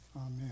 Amen